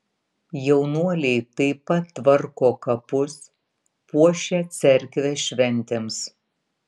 jaunuoliai taip pat tvarko kapus puošia cerkvę šventėms